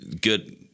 good